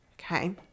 Okay